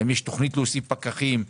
האם יש תוכנית להוסיף פקחים?